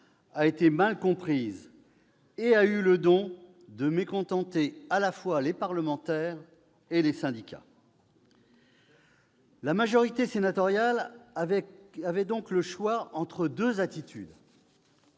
a été mal comprise et a eu le don de mécontenter à la fois les parlementaires et les syndicats. La majorité sénatoriale avait le choix entre deux attitudes